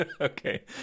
Okay